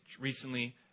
recently